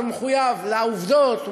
אז הוא מחויב לעובדות,